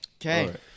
Okay